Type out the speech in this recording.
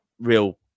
real